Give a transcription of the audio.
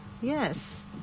yes